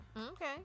Okay